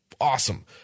awesome